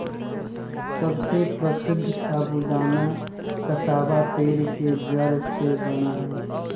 सबसे प्रसीद्ध साबूदाना कसावा पेड़ के जड़ से बना हई